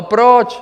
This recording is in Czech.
Proč?